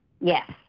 yes